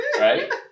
right